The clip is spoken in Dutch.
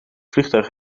vliegtuig